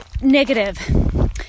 negative